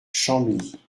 chambly